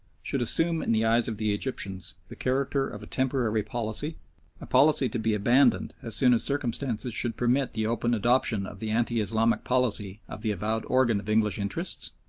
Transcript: should assume in the eyes of the egyptians the character of a temporary policy a policy to be abandoned as soon as circumstances should permit the open adoption of the anti-islamic policy of the avowed organ of english interests?